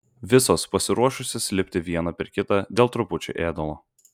visos pasiruošusios lipti viena per kitą dėl trupučio ėdalo